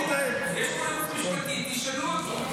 יש פה ייעוץ משפטי, תשאלו אותו.